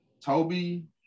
Toby